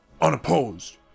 unopposed